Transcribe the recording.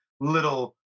little